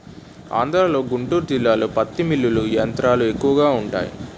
ఆంధ్రలో గుంటూరు జిల్లాలో పత్తి మిల్లులు యంత్రాలు ఎక్కువగా వుంటాయి